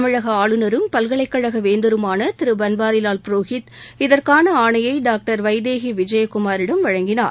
தமிழக ஆளுநரும் பல்கலைக்கழக வேந்தருமான திரு பன்வாரிலால் புரோஹித் இதற்கான ஆணையை டாக்டர் வைதேகி விஜயகுமாரிடம் வழங்கினார்